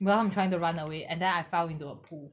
well I'm trying to run away and then I fell into a pool